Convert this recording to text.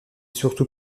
surtout